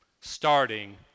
Starting